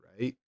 right